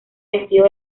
vestido